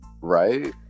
right